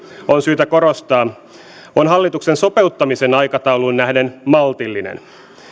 on syytä korostaa on silti hallituksen sopeuttamisen aikatauluun nähden maltillinen